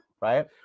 Right